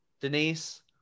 Denise